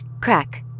Crack